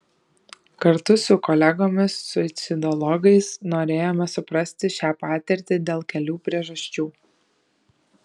kartu su kolegomis suicidologais norėjome suprasti šią patirtį dėl kelių priežasčių